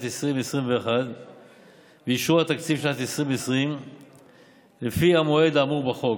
2021 ואישור התקציב לשנת 2020 לפי המועד האמור בחוק.